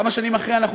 כמה שנים אחרי כן,